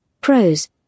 Pros